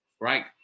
Right